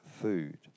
food